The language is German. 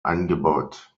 angebaut